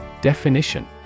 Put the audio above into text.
Definition